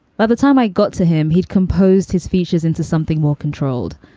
by the time i got to him, he'd composed his features into something more controlled.